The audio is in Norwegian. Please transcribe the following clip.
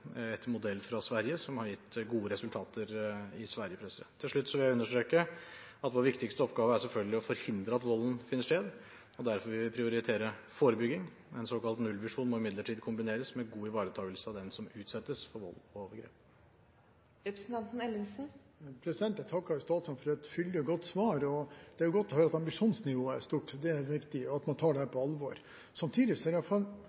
etter modell fra Sverige, som har gitt gode resultater i Sverige. Til slutt vil jeg understreke at vår viktigste oppgave selvfølgelig er å forhindre at volden finner sted. Derfor vil vi prioritere forebygging. En såkalt nullvisjon må imidlertid kombineres med god ivaretakelse av den som utsettes for vold og overgrep. Jeg takker statsråden for et fyldig og godt svar. Det er godt å høre at ambisjonsnivået er høyt. Det er viktig at man tar dette på alvor. Samtidig gjelder tilbakemeldingene jeg har mottatt kanskje ikke så